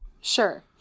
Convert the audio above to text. Sure